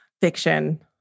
Fiction